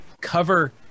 cover